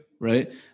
right